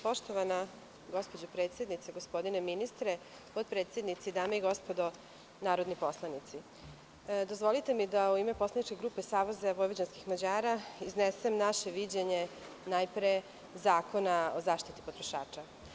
Poštovana gospođo predsednice, gospodine ministre, potpredsednici, dame i gospodo narodni poslanici, dozvolite mi da u ime poslaničke grupe SVM iznesem naše viđenje najpre Zakona o zaštiti potrošača.